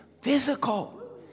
physical